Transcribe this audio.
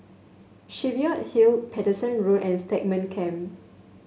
Cheviot Hill Paterson Road and Stagmont Camp